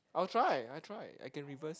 I'll try I try I can reverse